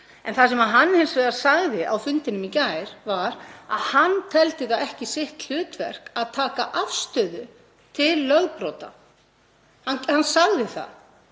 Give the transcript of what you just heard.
Það sem hann sagði hins vegar á fundinum í gær var að hann teldi það ekki sitt hlutverk að taka afstöðu til lögbrota. Hann sagði það.